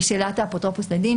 היא שאלת האפוטרופוס לדין,